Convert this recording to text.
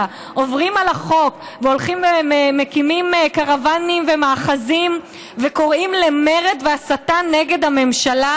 עוברים על החוק ומקימים קרוונים ומאחזים וקוראים למרד והסתה נגד הממשלה,